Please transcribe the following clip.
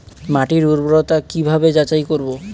মাটির উর্বরতা কি ভাবে যাচাই করব?